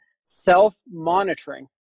self-monitoring